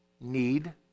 need